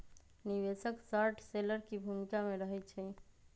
निवेशक short seller की भूमिका में रहइ छै